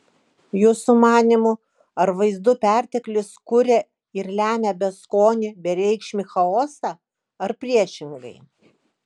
jūsų manymu ar vaizdų perteklius kuria ir lemia beskonį bereikšmį chaosą ar priešingai